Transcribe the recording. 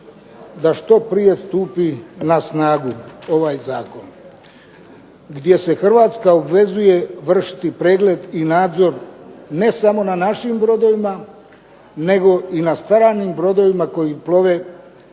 da što prije stupi na snagu ovaj zakon, gdje se Hrvatska obvezuje vršiti pregled i nadzor ne samo na našim brodovima, nego i na stranim brodovima koji plove